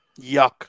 Yuck